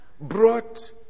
brought